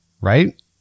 Right